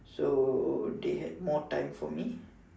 so they had more time for me